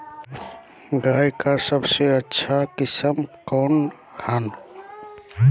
गाय का सबसे अच्छा किस्म कौन हैं?